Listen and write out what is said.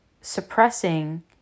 suppressing